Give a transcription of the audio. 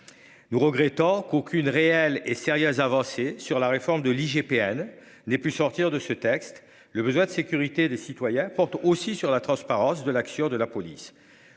Nous, regrettant qu'aucune réelle et sérieuse avancée sur la réforme de l'IGPN n'ait pu sortir de ce texte, le besoin de sécurité des citoyens portent aussi sur la transparence de l'action de la police,